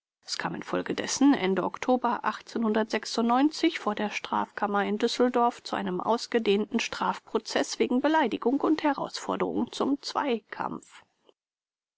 es kam infolgedessen ende oktober vor der strafkammer in düsseldorf zu einem ausgedehnten strafprozeß wegen beleidigung und herausforderung zum zweikampf